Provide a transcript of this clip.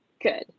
good